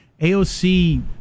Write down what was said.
AOC